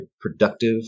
productive